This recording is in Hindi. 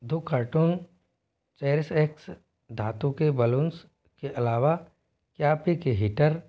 दो कार्टून चेरिस एक्स धातु के बलून्स के अलावा क्या आप एक हीटर